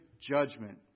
judgment